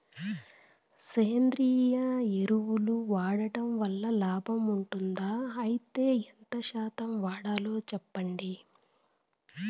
సేంద్రియ ఎరువులు వాడడం వల్ల లాభం ఉంటుందా? అయితే ఎంత శాతం వాడాలో చెప్పండి?